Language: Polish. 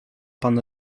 pan